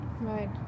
right